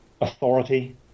authority